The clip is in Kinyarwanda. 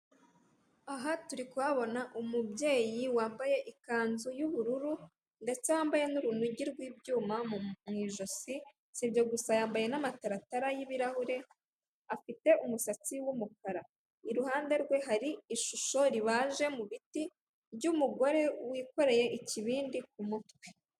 Ugize ejo hezo ukazigamira umwana wawe ku buryo ushobora kugira ikibazo, yamafaranga bakayamuhereza cyangwa se waba uri umusore warabikoze hakiri kare, ukagenda bagahita bayaguhereza ushobora kubaka nibwo buryo bashyizeho. Urabona ko hano rero ni urubyiruko ndetse n'abandi bari kubyamamaza rwose bari kumwe n'inzego z'umutekano niba ndi kureba neza.